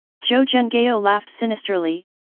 zhou zhenghao laughed sinisterly,